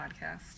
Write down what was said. podcast